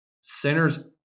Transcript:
centers